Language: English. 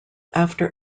after